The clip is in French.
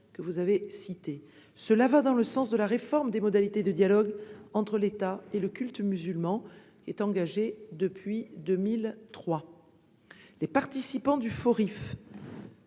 que vous avez cité. Cela va dans le sens de la réforme des modalités de dialogue entre l'État et le culte musulman engagée depuis 2003. Les participants au Forif